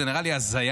זו נראית לי הזיה.